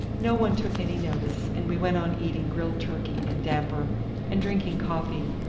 no one took any notice, and we went on eating grilled turkey and damper and drinking coffee,